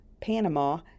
Panama